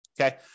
Okay